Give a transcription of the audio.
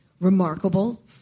remarkable